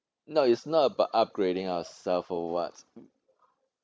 no it's not about upgrading ourselves or what